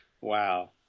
Wow